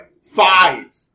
Five